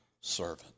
servant